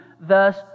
thus